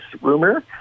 rumor